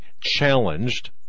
challenged